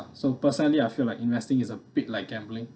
so personally I feel like investing is a bit like gambling